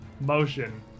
motion